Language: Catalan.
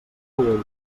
autor